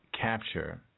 capture